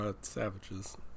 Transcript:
savages